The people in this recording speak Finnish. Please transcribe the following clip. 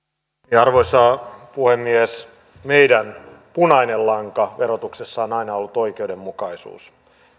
arvoisa puhemies meidän punainen lanka verotuksessa on aina ollut oikeudenmukaisuus